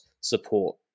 support